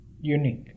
unique